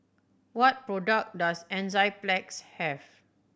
what product does Enzyplex have